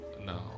No